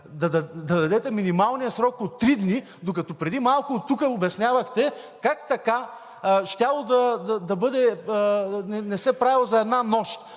да дадете минималния срок от три дни, докато преди малко оттук обяснявахте как така не се правел за една нощ.